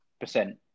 percent